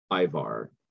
Ivar